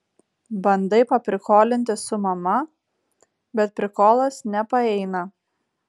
bandai paprikolinti su mama bet prikolas nepaeina